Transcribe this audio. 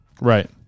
Right